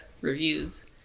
reviews